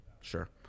sure